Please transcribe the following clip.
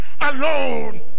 alone